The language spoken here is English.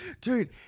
Dude